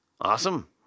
Awesome